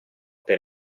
per